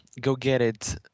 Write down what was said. go-get-it